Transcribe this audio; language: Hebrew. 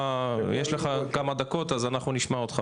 יש לנו כמה דקות אז אנחנו נשמע אותך.